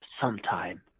sometime